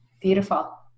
beautiful